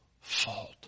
Fault